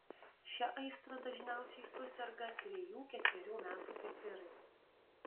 šia aistra dažniausiai suserga trejų ketverių metų pipirai